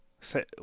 Say